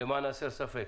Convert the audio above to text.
למען הסר ספק.